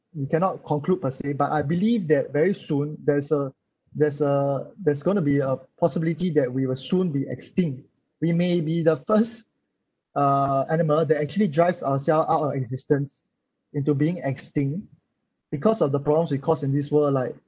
you cannot conclude per se but I believe that very soon there's a there's a there's going to be a possibility that we will soon be extinct we may be the first uh animal that actually drives ourself out of existence into being extinct because of the problems we caused in this world like